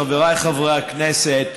חבריי חברי הכנסת,